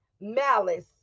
Malice